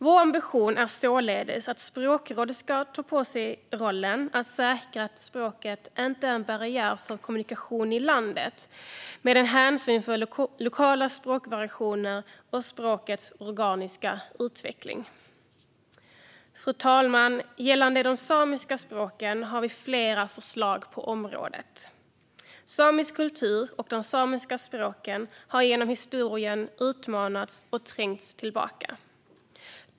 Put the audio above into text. Vår ambition är således att Språkrådet ska ta på sig rollen att säkra att språket inte är en barriär för kommunikation i landet, med hänsyn till lokala språkvariationer och språkets organiska utveckling. Fru talman! När det gäller de samiska språken har vi flera förslag. Samisk kultur och de samiska språken har genom historien utmanats och trängts tillbaka.